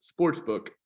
Sportsbook